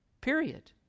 Period